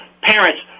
parents